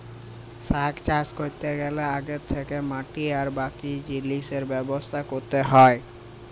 শস্য চাষ ক্যরতে গ্যালে আগে থ্যাকেই মাটি আর বাকি জিলিসের ব্যবস্থা ক্যরতে হ্যয়